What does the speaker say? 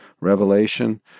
revelation